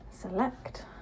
select